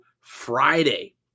Friday